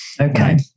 Okay